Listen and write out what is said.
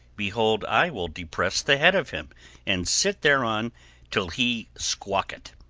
behold i will depress the head of him and sit thereon till he squawk it.